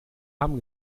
haben